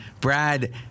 Brad